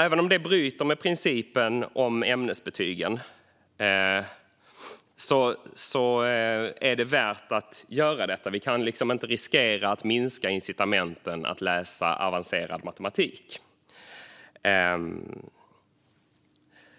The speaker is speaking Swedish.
Även om det bryter mot principen om ämnesbetygen är det värt att göra detta. Vi kan inte riskera att minska incitamenten att läsa avancerad matematik.